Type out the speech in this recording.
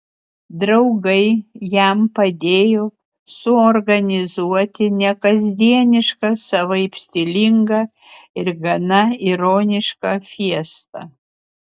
draugai jam padėjo suorganizuoti nekasdienišką savaip stilingą ir gana ironišką fiestą